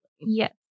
Yes